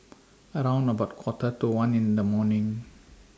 round about Quarter to one in The morning